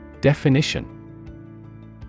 Definition